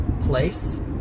place